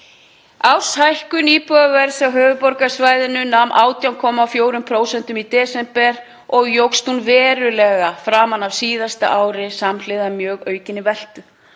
„Árshækkun íbúðaverðs á höfuðborgarsvæðinu nam 18,4% í desember sl. en hún jókst verulega framan af síðasta ári samhliða mjög aukinni veltu.“